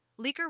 Leaker